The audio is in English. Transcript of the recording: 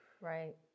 Right